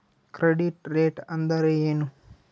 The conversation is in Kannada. ಕ್ರೆಡಿಟ್ ರೇಟ್ ಅಂದರೆ ಏನು?